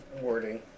wording